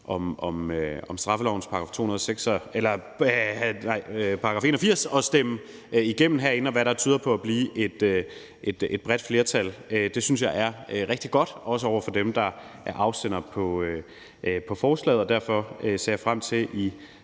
om straffelovens § 81, nr. 6, og herinde stemme det igennem med, hvad der tyder på at blive et bredt flertal. Det synes jeg er rigtig godt, også over for dem, der er afsendere af forslaget. Og derfor ser jeg frem til,